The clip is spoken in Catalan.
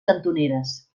cantoneres